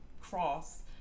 cross